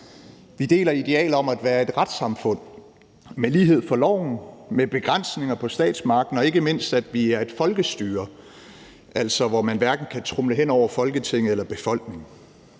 vi deler idealet om at være et retssamfund med lighed for loven, med begrænsninger på statsmagten; og ikke mindst at vi er et folkestyre, altså hvor man hverken kan tromle hen over Folketinget eller befolkningen.